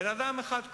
בן-אדם אחד,